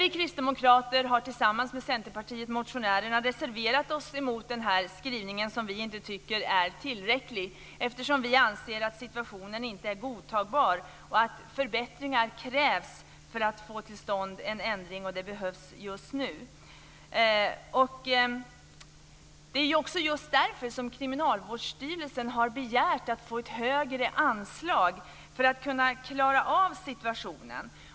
Vi kristdemokrater har med anledning av Centerns motion tillsammans med de andra borgerliga partierna reserverat oss mot denna skrivning som vi inte tycker är tillräcklig, eftersom vi anser att situationen inte är godtagbar och att förbättringar krävs för att få till stånd en ändring och att det behövs just nu. Det är också just därför som Kriminalvårdsstyrelsen har begärt att få ett högre anslag för att kunna klara av situationen.